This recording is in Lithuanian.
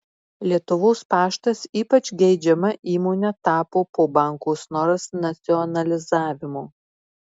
lietuvos paštas ypač geidžiama įmone tapo po banko snoras nacionalizavimo